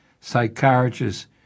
psychiatrists